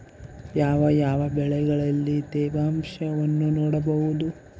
ಯಾವ ಯಾವ ಬೆಳೆಗಳಲ್ಲಿ ತೇವಾಂಶವನ್ನು ನೋಡಬಹುದು?